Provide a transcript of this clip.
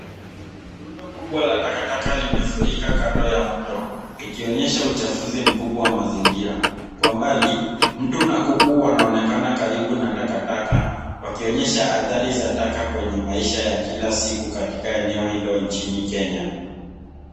Rundo kubwa la takataka limefurika kando ya mto, likionyesha uchafuzi mkubwa wa mazingira. Kwa mbali, mtu na kuku wanaonekana karibu na takataka, wakionyesha athari za taka kwenye maisha ya kila siku katika eneo hilo nchini Kenya.